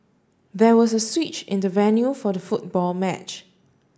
there was a switch in the venue for the football match